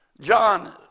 John